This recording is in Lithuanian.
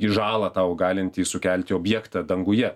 į žalą tau galintį sukelti objektą danguje